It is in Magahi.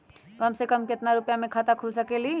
कम से कम केतना रुपया में खाता खुल सकेली?